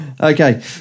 Okay